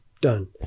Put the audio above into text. done